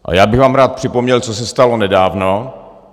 A já bych vám rád připomněl, co se stalo nedávno.